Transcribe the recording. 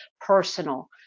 personal